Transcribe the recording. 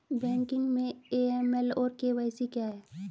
Banking में AML और KYC क्या हैं?